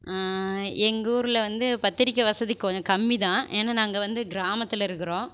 எங்கூரில் வந்து பத்திரிக்கை வசதி கொஞ்சம் கம்மி தான் ஏன்னா நாங்கள் வந்து கிராமத்தில் இருக்கிறோம்